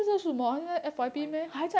F_Y_P